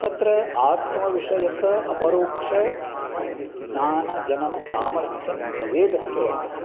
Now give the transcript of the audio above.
तत्र आत्मविषयकम् अपरोक्षज्ञानजननसामर्थ्यं वेदस्य वर्तते